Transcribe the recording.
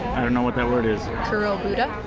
i don't know what that word is. kurobuta?